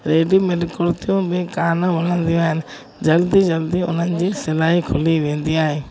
readymade कुर्तियूं बि कोन वणंदी आहिनि जल्दी जल्दी हुननि जी सिलाई खुली वेंदी आहे